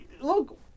look